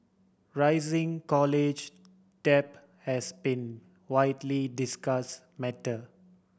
rising college debt has been widely discuss matter